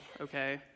okay